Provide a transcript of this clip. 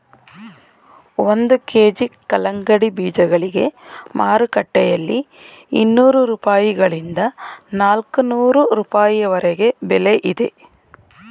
ಒಂದು ಕೆ.ಜಿ ಕಲ್ಲಂಗಡಿ ಬೀಜಗಳಿಗೆ ಮಾರುಕಟ್ಟೆಯಲ್ಲಿ ಇನ್ನೂರು ರೂಪಾಯಿಗಳಿಂದ ನಾಲ್ಕನೂರು ರೂಪಾಯಿವರೆಗೆ ಬೆಲೆ ಇದೆ